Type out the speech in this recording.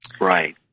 Right